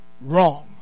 wrong